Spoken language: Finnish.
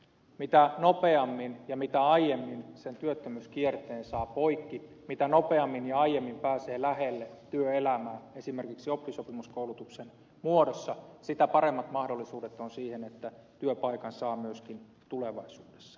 mitä nopeammin ja mitä aiemmin sen työttömyyskierteen saa poikki mitä nopeammin ja aiemmin pääsee lähelle työelämää esimerkiksi oppisopimuskoulutuksen muodossa sitä paremmat mahdollisuudet on siihen että työpaikan saa myöskin tulevaisuudessa